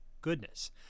goodness